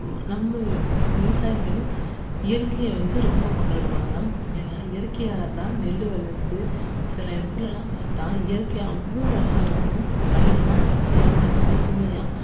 நம்ம விவசாயிகள் இயற்கையை வந்து ரொம்ப கொண்டாடுவாங்க ஏன்னா இயற்கையால்தான் நெல் வளருது சில இடத்துலலாம் பார்த்தா இயற்கையாக அவ்வளோ அழகாக இருக்கும் வயல்லாம் பச்சையாக பச்சை பசுமையாக